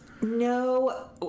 No